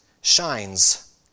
shines